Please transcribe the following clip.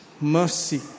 Mercy